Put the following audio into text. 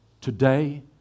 Today